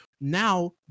now